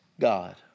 God